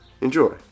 enjoy